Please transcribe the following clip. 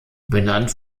benannt